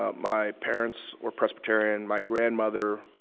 ah my parents were presbyterian. my grandmother